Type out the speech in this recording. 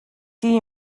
die